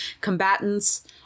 combatants